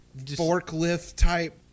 forklift-type